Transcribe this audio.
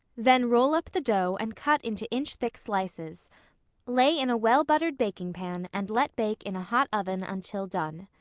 then roll up the dough and cut into inch thick slices lay in a well-buttered baking-pan and let bake in a hot oven until done.